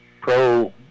Pro